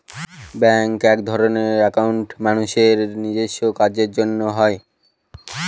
ব্যাঙ্কে একধরনের একাউন্ট মানুষের নিজেস্ব কাজের জন্য হয়